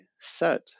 set